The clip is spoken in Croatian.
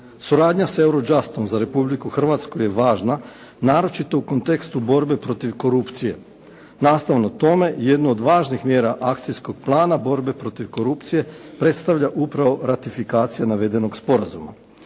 Suradnja sa Eurojustom za Republiku Hrvatsku je važna naročito u kontekstu borbe protiv korupcije. Nastavno tome, jedno od važnih mjera akcijskog plana borbe protiv korupcije predstavlja upravo ratifikacije navedenog sporazuma.